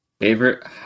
Favorite